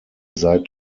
seit